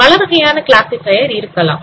பலவகையான கிளாசிஃபையர் இருக்கலாம்